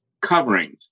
coverings